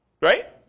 Right